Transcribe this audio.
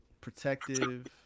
protective